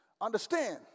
understand